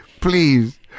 please